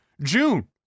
June